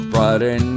Friday